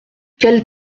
quel